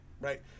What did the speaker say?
right